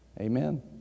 Amen